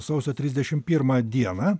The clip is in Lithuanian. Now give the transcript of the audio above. sausio trisdešim pirmą dieną